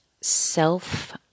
self